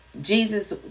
Jesus